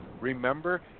Remember